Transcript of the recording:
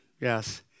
yes